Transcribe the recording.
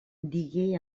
digué